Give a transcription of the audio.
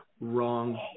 wrong